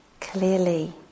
clearly